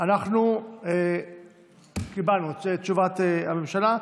אנחנו קיבלנו את תשובת הממשלה,